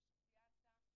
כפי שציינת,